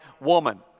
woman